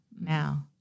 now